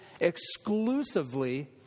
exclusively